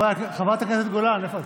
חברת הכנסת גולן, איפה את?